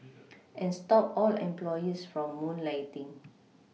and stop all employees from moonlighting